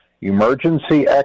emergency